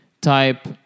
type